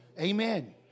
Amen